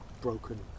broken